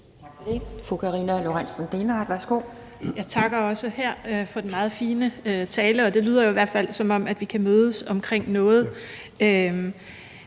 Kl. 12:29 Karina Lorentzen Dehnhardt (SF): Jeg takker også herfra for den meget fine tale. Og det lyder i hvert fald, som om at vi kan mødes omkring noget.